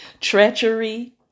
treachery